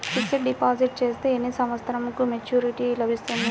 Fixed deposit చేస్తే ఎన్ని సంవత్సరంకు మెచూరిటీ లభిస్తుంది?